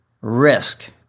risk